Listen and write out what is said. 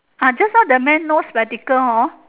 ah just now that man no spectacle hor